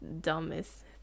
dumbest